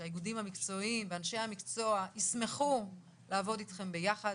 שהאיגודים המקצועיים ואנשי המקצוע ישמחו לעבוד איתכם ביחד,